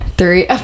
Three